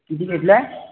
किती घेतल्या